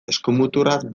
eskumuturraz